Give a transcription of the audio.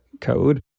code